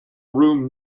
room